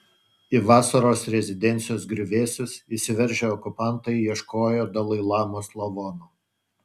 į vasaros rezidencijos griuvėsius įsiveržę okupantai ieškojo dalai lamos lavono